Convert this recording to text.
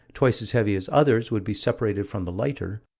twice as heavy as others would be separated from the lighter,